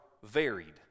varied